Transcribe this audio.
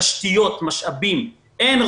תשתיות ומשאבים אינם ממוצים.